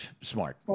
smart